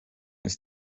ist